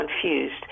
confused